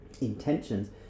intentions